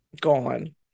Gone